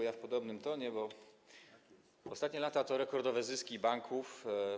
Ja w podobnym tonie, bo ostatnie lata to rekordowe zyski banków.